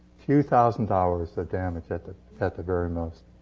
two thousand dollars, the damage, at the at the very most.